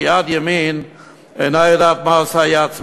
כשיד ימין אינה יודעת מה עושה יד שמאל,